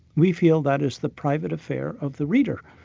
we feel that is the private affair of the reader.